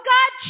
God